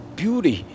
beauty